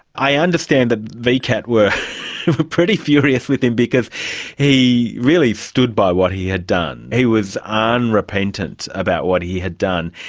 i understand that vcat were pretty furious with him because he really stood by what he had done. he was ah unrepentant about what he had done.